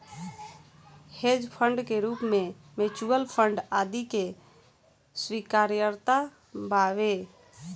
hedge fund के रूप में म्यूच्यूअल फंड आदि के स्वीकार्यता बावे